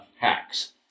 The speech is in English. hacks